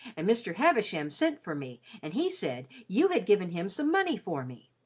and mr. havisham sent for me and he said you had given him some money for me.